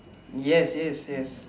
yes yes yes